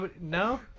No